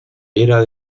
era